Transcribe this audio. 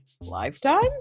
Lifetime